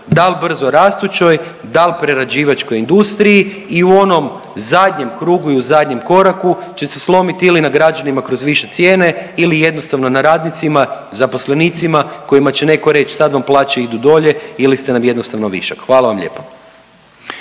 dal brzorastućoj, dal prerađivačkoj industriji i u onom zadnjem krugu i u zadnjem koraku će se slomit ili na građanima kroz više cijene ili jednostavno na radnicima zaposlenicima kojima će neko reć sad vam plaće idu dolje ili ste nam jednostavno višak. Hvala vam lijepa.